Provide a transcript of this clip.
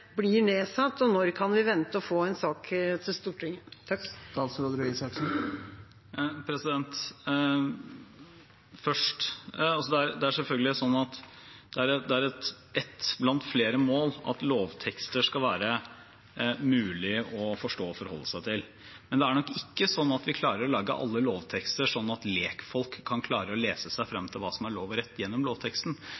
blir nedsatt, og når kan vi vente å få en sak til Stortinget? Det er selvfølgelig ett blant flere mål at lovtekster skal være mulig å forstå og forholde seg til. Men det er nok ikke sånn at vi klarer å lage alle lovtekster slik at lekfolk kan klare å lese seg frem